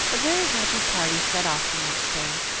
a very happy party set off the next day,